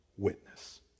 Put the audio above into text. witness